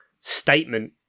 statement